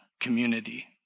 community